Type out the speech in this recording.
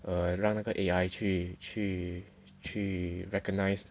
err 让那个 A_I 去去去 recognize